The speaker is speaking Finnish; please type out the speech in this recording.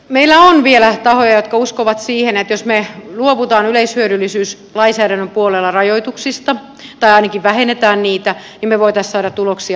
meillä on vielä tahoja jotka uskovat siihen että jos me luovumme yleishyödyllisyyslainsäädännön puolella rajoituksista tai ainakin vähennämme niitä niin me voisimme saada tuloksia aikaan